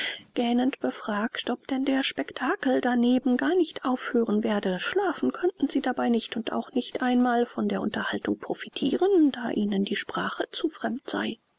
gähnend befragt ob denn der spectakel daneben gar nicht aufhören werde schlafen könnten sie dabei nicht und auch nicht einmal von der unterhaltung profitiren da ihnen die sprache zu fremd sei